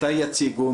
מתי יציגו?